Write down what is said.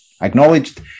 acknowledged